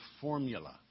formula